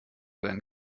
than